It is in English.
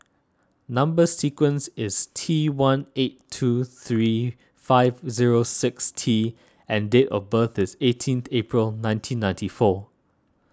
Number Sequence is T one eight two three five zero six T and date of birth is eighteenth April nineteen ninety four